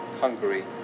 Hungary